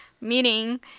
meeting